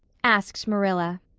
asked marilla.